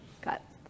Got